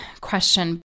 question